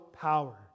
power